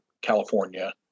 California